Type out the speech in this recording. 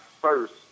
first